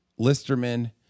Listerman